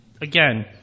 again